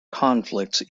conflicts